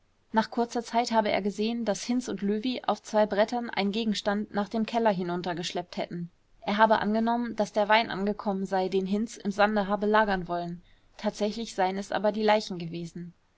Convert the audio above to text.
nach kurzer zeit habe er gesehen daß hinz und löwy auf zwei brettern einen gegenstand nach dem keller hinuntergeschleppt hätten er habe angenommen daß der wein angekommen sei den hinz im sande habe lagern wollen tatsächlich seien es aber die leichen gewesen